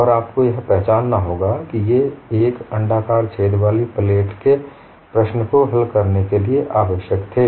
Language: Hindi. और आपको यह पहचानना होगा कि ये एक अण्डाकार छेद वाली प्लेट के प्रश्न को हल करने के लिए आवश्यक थे